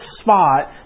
spot